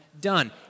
Done